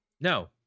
no